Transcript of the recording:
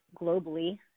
globally